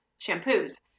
Shampoos